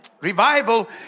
Revival